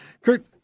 Kurt